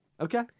Okay